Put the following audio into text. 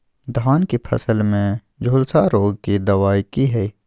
धान की फसल में झुलसा रोग की दबाय की हय?